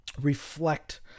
reflect